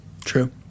True